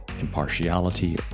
impartiality